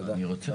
תודה.